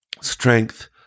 Strength